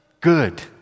good